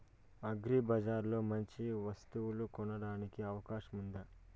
అగ్రిబజార్ లో మంచి వస్తువు కొనడానికి అవకాశం వుందా?